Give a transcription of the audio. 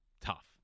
tough